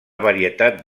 varietat